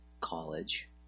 college